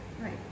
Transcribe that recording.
Right